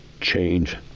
change